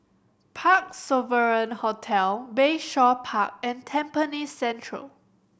Parc Sovereign Hotel Bayshore Park and Tampines Central